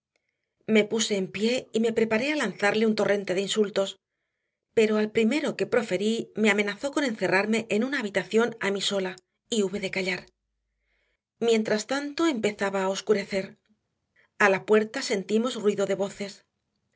me puse en pie y me preparé a lanzarle un torrente de insultos pero al primero que proferí me amenazó con encerrarme en una habitación a mí sola y hube de callar mientras tanto empezaba a oscurecer a la puerta sentimos ruido de voces